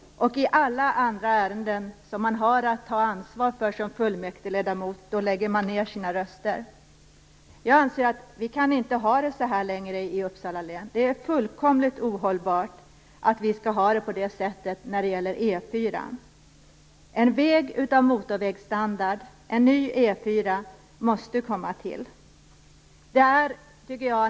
I alla andra ärenden som varje fullmäktigeledamot har att ta ansvar för lägger man ned sina röster. Jag anser att vi inte kan ha det så här längre i Uppsala län. Det är fullkomligt ohållbart att vi skall ha det på det här sättet när det gäller E 4. En väg av motorvägsstandard, en ny E 4, måste komma till.